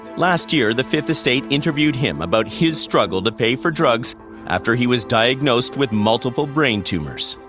last year, the fifth estate interviewed him about his struggle to pay for drugs after he was diagnosed with multiple brain tumours.